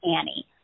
Annie